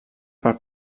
per